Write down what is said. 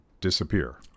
disappear